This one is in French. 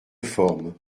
forme